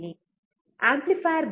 amplifier ಬಗ್ಗೆ ಏನು